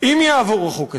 אם יעבור החוק הזה,